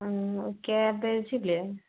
cabbage അല്ലേ